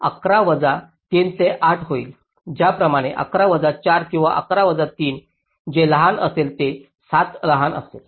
त्याचप्रमाणे 11 वजा 4 किंवा 11 वजा 3 जे लहान असेल ते 7 लहान असेल